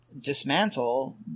dismantle